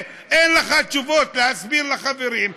ואין לך תשובות להסביר לחברים,